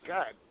God